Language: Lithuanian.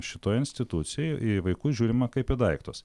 šitoj institucijoj į vaikus žiūrima kaip į daiktus